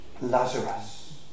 Lazarus